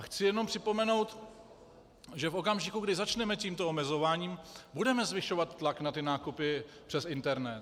Chci jenom připomenout, že v okamžiku, kdy začneme s tímto omezováním, budeme zvyšovat tlak na nákupy přes internet.